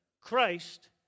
Christ